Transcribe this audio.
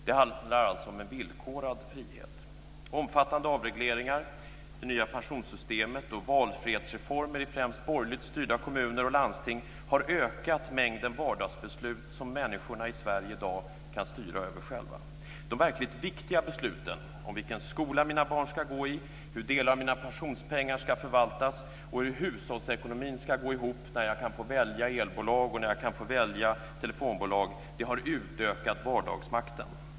Det handlar alltså om en villkorad frihet. Omfattande avregleringar, det nya pensionssystemet och valfrihetsreformer i främst borgerligt styrda kommuner och landsting har ökat mängden vardagsbeslut som människorna i Sverige i dag kan styra över själva. De verkligt viktiga besluten om vilken skola mina barn ska gå i, hur delar av mina pensionspengar ska förvaltas och hur hushållsekonomin ska gå ihop när jag kan få välja elbolag och telefonbolag har utökat vardagsmakten.